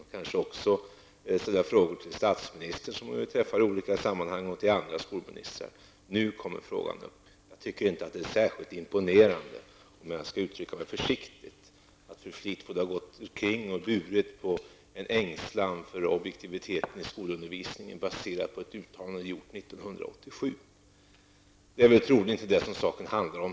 Hon har också kunnat ställa frågor till statsministern som hon träffar i olika sammanhang och till andra skolministrar. Nu kommer frågan upp. Jag tycker inte att det särskilt imponerande, om jag skall uttrycka mig försiktigt, att fru Fleetwood har gått omkring och burit på en ängslan för objektiviteten i skolundervisningen, baserad på ett uttalande gjort 1987. Det är troligen inte heller detta som saken handlar om.